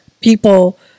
people